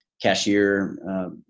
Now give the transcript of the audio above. cashier